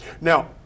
Now